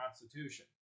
Constitution